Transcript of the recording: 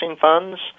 funds